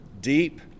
deep